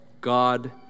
God